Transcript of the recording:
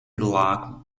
lock